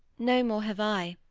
no more have i.